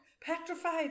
petrified